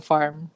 Farm